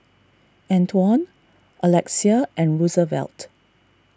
Antwon Alexia and Roosevelt